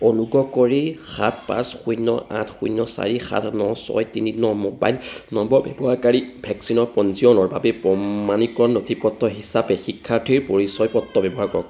অনুগ্ৰহ কৰি সাত পাঁচ শূন্য আঠ শূন্য চাৰি সাত ন ছয় তিনি ন মোবাইল নম্বৰৰ ব্যৱহাৰকাৰীৰ ভেকচিনৰ পঞ্জীয়নৰ বাবে প্ৰমাণীকৰণ নথিপত্ৰ হিচাপে শিক্ষাৰ্থীৰ পৰিচয় পত্ৰ ব্যৱহাৰ কৰক